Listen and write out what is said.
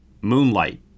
Moonlight